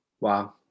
wow